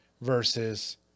versus